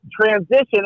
transition